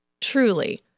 truly